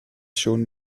schon